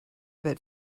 bit